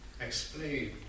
explain